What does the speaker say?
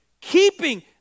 Keeping